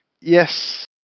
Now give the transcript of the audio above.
yes